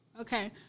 Okay